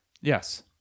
Yes